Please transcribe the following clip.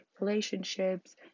relationships